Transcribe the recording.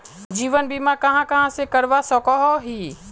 जीवन बीमा कहाँ कहाँ से करवा सकोहो ही?